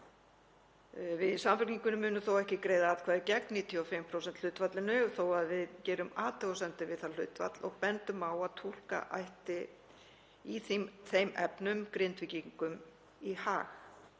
Við í Samfylkingunni munum þó ekki greiða atkvæði gegn 95% hlutfallinu þótt við gerum athugasemdir við það hlutfall og bendum á að túlka ætti í þeim efnum Grindvíkingum í hag,